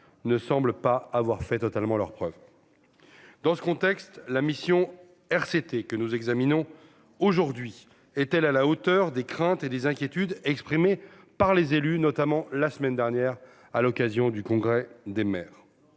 ne semble pas avoir fait totalement leurs preuves dans ce contexte, la mission RCT que nous examinons aujourd'hui est-elle à la hauteur des craintes et des inquiétudes exprimées par les élus, notamment la semaine dernière à l'occasion du congrès des maires,